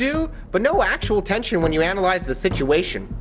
do but no actual tension when you analyze the situation